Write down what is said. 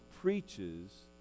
preaches